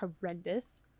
horrendous